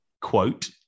quote